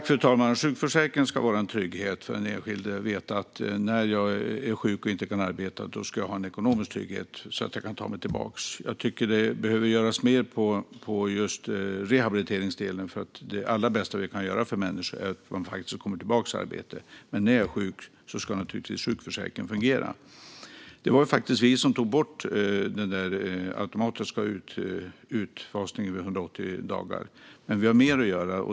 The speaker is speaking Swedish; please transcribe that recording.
Fru talman! Sjukförsäkringen ska vara en trygghet. Den enskilde ska veta att den har en ekonomisk trygghet när den är sjuk och inte kan arbeta, så att den kan ta sig tillbaka. Jag tycker att det behöver göras mer när det gäller rehabiliteringsdelen, för det allra bästa vi kan göra för människor är att de kommer tillbaka i arbete. Men för den som är sjuk ska sjukförsäkringen naturligtvis fungera. Det var faktiskt vi som tog bort den automatiska utfasningen vid 180 dagar, men vi har mer att göra.